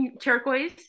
Turquoise